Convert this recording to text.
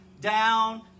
down